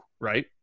right